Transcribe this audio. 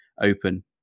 open